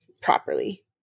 properly